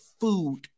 food